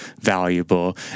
valuable